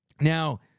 Now